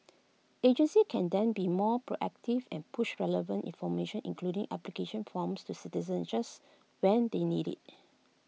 agencies can then be more proactive and push relevant information including application forms to citizens just when they need IT